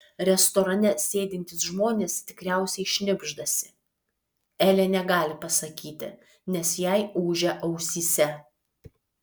restorane sėdintys žmonės tikriausiai šnibždasi elė negali pasakyti nes jai ūžia ausyse